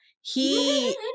He-